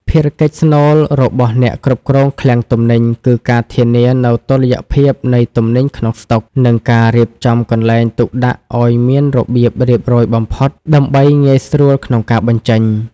ភារកិច្ចស្នូលរបស់អ្នកគ្រប់គ្រងឃ្លាំងទំនិញគឺការធានានូវតុល្យភាពនៃទំនិញក្នុងស្តុក និងការរៀបចំកន្លែងទុកដាក់ឱ្យមានរបៀបរៀបរយបំផុតដើម្បីងាយស្រួលក្នុងការបញ្ចេញ។